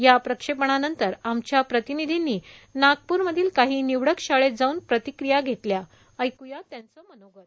या प्रक्षेपणानंतर आमच्या प्रतिनिधींनी नागप्रमधील काही निवडक शाळेत जाऊन प्रतिक्रिया घेतल्या ऐक़्या त्यांचं मनोगत